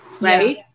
right